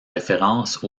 référence